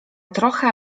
trocha